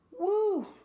Woo